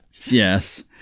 Yes